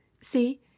See